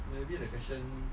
maybe the question